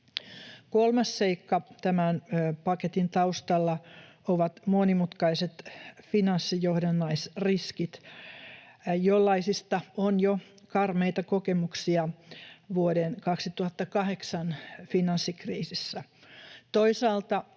Kolmas seikka tämän paketin taustalla ovat monimutkaiset finanssijohdannaisriskit, jollaisista on jo karmeita kokemuksia vuoden 2008 finanssikriisistä.